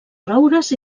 roures